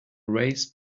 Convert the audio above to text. raised